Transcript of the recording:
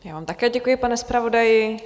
Já vám také děkuji, pane zpravodaji.